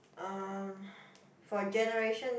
um for generation